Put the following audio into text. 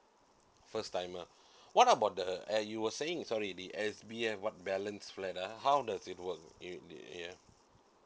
first timer what about the and you were saying sorry the S_B_F what balance flat uh how does it work it yeah